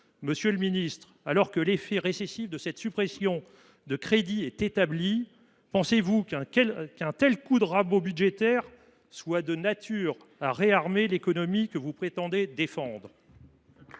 d’ajustement. Alors que l’effet récessif de cette suppression de crédits est établi, pensez vous qu’un tel coup de rabot budgétaire soit de nature à réarmer l’économie que vous prétendez défendre ?